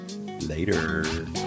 later